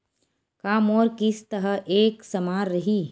का मोर किस्त ह एक समान रही?